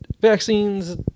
vaccines